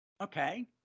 Okay